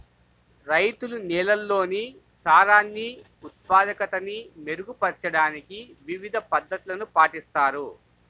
రైతులు నేలల్లోని సారాన్ని ఉత్పాదకతని మెరుగుపరచడానికి వివిధ పద్ధతులను పాటిస్తారు